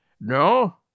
No